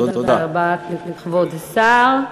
תודה רבה לכבוד השר.